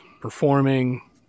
performing